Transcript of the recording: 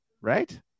Right